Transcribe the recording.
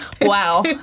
Wow